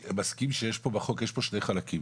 בחוק יש שני חלקים.